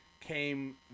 came